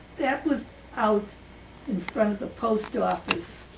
that was out in front of the post office.